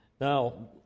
Now